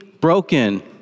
broken